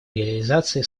реализации